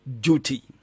duty